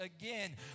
again